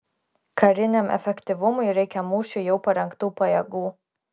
kariniam efektyvumui reikia mūšiui jau parengtų pajėgų